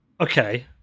Okay